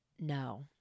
No